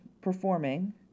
performing